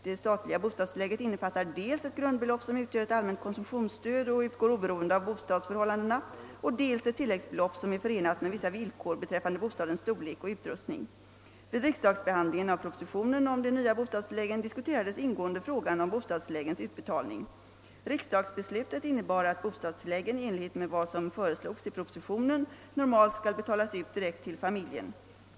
Det statliga bostadstilllägget innefattar dels ett grundbelopp som utgör ett allmänt konsumtionsstöd och utgår oberoende av bostadsförhållandena, dels ett tilläggsbelopp som är förenat med vissa villkor beträffande bostadens storlek och utrustning. Vid riksdagsbehandlingen av propositionen om de nya bostadstilläggen diskuterades ingående frågan om bostadstilläggens utbetalning. Riksdagsbeslutet innebar att bostadstilläggen i enlighet med vad som föreslogs i propositionen normalt skall betalas ut direkt till familjen.